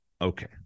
Okay